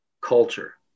culture